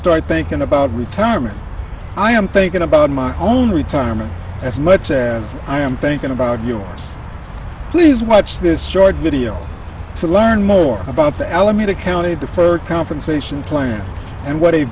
start thinking about retirement i am thinking about my own retirement as much as i am thinking about yours please watch this short video to learn more about the alameda county deferred compensation plan and what a